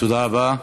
תודה רבה.